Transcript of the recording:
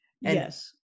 yes